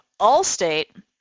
Allstate